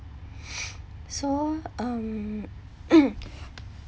so um